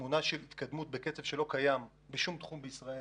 תמונה של התקדמות בקצב שלא קיים בשום תחום ישראל,